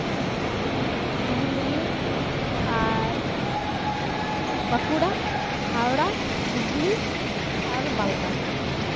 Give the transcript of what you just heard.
ᱯᱩᱨᱩᱞᱤᱭᱟᱹ ᱟᱨ ᱵᱟᱸᱠᱩᱲᱟ ᱦᱟᱣᱲᱟ ᱦᱩᱜᱽᱞᱤ ᱟᱨ ᱢᱟᱞᱫᱟ